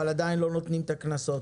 אבל עדיין לא נותנים את הקנסות.